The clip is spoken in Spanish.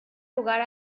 lugar